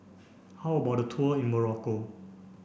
how about the tour in Morocco